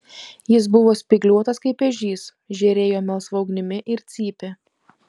jis buvo spygliuotas kaip ežys žėrėjo melsva ugnimi ir cypė